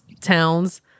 towns